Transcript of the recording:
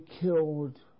killed